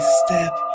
step